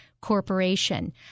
corporation